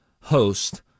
host